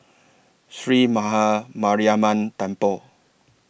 Sree Maha Mariamman Temple